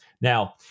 Now